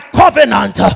covenant